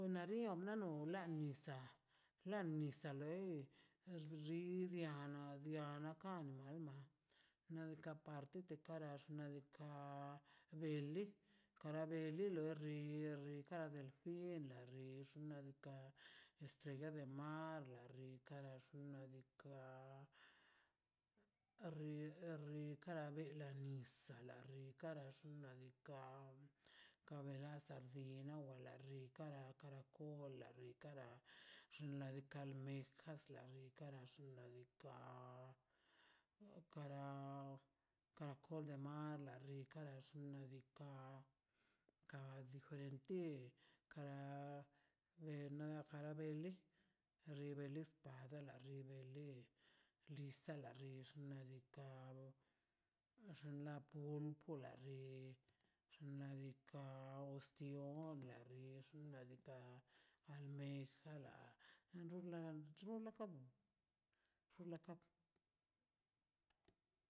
O na rio na no nisa' la nisa' loi xibiana na biana kani nalma na bena parti kanax nadika beli kara beli loi ri ri kara beli la xna' diika' estrella del mar a la rinkara llun nadika re ri kara bela nisa' la rinkara nadika kaberaza di na welana ri karakol la rikara xna' diika' nikasla bi kara xi xna' diika' pa kara karakol de mar la rikara xna' diika' ka diferente kara kara benle xinbale spa para xibale lisa la xix nadika xna pun pun puralen xna' diika' ostion na xix xna' diika' almeja la na runla trun rulaka nun rulaka nun